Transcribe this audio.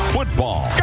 Football